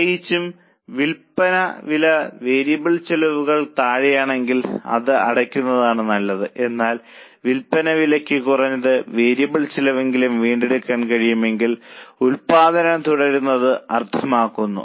പ്രത്യേകിച്ചും വിൽപ്പന വില വേരിയബിൾ ചെലവുകൾക്ക് താഴെയാണെങ്കിൽ അത് അടയ്ക്കുന്നതാണ് നല്ലത് എന്നാൽ വിൽപ്പന വിലയ്ക്ക് കുറഞ്ഞത് വേരിയബിൾ ചിലവെങ്കിലും വീണ്ടെടുക്കാൻ കഴിയുമെങ്കിൽ ഉൽപ്പാദനം തുടരുന്നത് അർത്ഥമാക്കുന്നു